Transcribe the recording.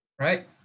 Right